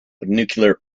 nuclear